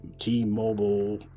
T-Mobile